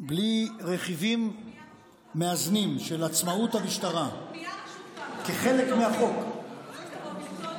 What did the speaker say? בלי רכיבים מאזנים של עצמאות המשטרה כחלק מהחוק יוצרת סיכון